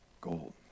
Gold